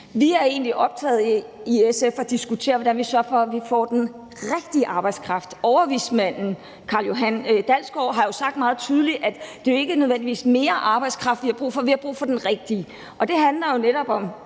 i SF optaget af at diskutere, hvordan vi sørger for, at vi får den rigtige arbejdskraft. Overvismanden, Carl-Johan Dalgaard, har jo sagt meget tydeligt, at det ikke nødvendigvis er mere arbejdskraft, vi har brug for; vi har brug for den rigtige arbejdskraft. Og det handler jo netop om,